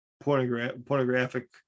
pornographic